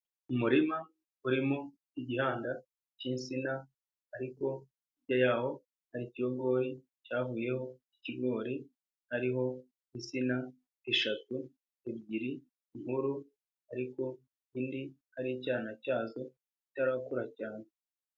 Umurima urimo igihanda cy'insina ariko hirya yaho hari ikigori cyavuyeho ikigori, hariho insina eshatu, ebyiri nkuru ariko indi ari icyana cyazo itarakura cyane.